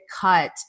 cut